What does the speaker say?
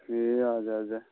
ए हजुर हजुर